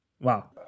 Wow